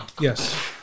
Yes